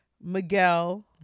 Miguel